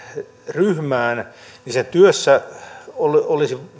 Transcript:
ryhmään niin sen työssä olisi